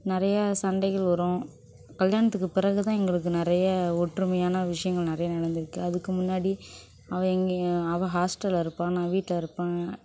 நிறைய சண்டைகள் வரும் கல்யாணத்துக்கு பிறகு தான் எங்களுக்கு நிறைய ஒற்றுமையான விஷயங்கள் நிறைய நடந்திருக்கு அதுக்கு முன்னாடி அவள் எங்கே அவள் ஹாஸ்டல்ல இருப்பாள் நான் வீட்டில இருப்பேன்